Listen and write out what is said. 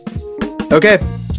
Okay